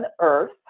Earth